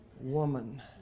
woman